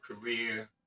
career